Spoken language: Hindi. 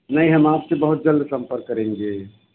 नहीं हम आपसे बहुत जल्द संपर्क करेंगे